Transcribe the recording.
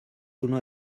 uno